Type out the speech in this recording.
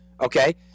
Okay